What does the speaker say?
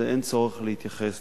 אז אין צורך להתייחס